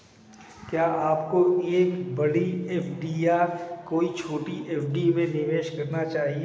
क्या आपको एक बड़ी एफ.डी या कई छोटी एफ.डी में निवेश करना चाहिए?